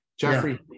Jeffrey